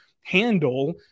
handle